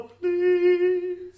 please